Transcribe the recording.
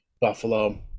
Buffalo